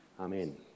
Amen